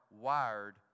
wired